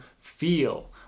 feel